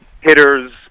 hitters